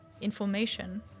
information